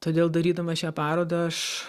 todėl darydamas šią parodą aš